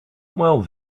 well